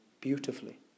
beautifully